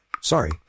Sorry